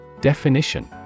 Definition